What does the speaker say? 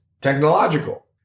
technological